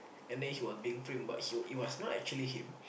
and then he was being frame but he was it was not actually him